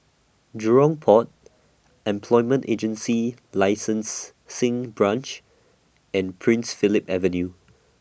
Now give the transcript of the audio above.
Jurong Port Employment Agency Licensing Branch and Prince Philip Avenue